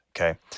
okay